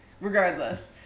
Regardless